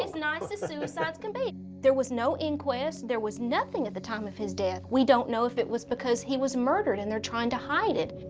nice as suicides can be. there was no inquest. there was nothing at the time of his death. we don't know if it was because he was murdered, and they're trying to hide it.